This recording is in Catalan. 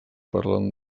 parlen